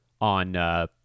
on